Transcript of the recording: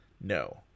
No